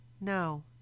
No